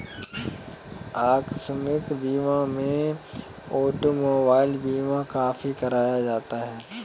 आकस्मिक बीमा में ऑटोमोबाइल बीमा काफी कराया जाता है